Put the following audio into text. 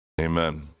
amen